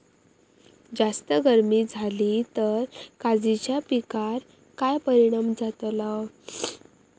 जास्त गर्मी जाली तर काजीच्या पीकार काय परिणाम जतालो?